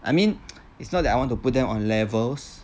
I mean it's not that I want to put them on levels